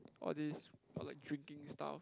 all these or like drinking stuff